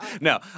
No